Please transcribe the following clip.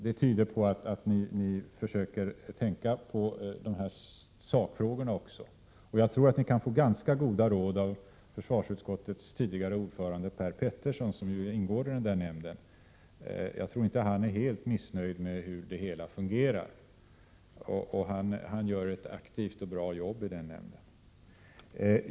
Det tyder på att ni försöker tänka på sakfrågorna också. Jag tror att ni kan få goda råd av försvarsutskottets tidigare ordförande Per Petersson, som ingår i nämnden. Han är nog inte helt missnöjd med hur det hela fungerar, och han gör ett aktivt och bra jobb i nämnden.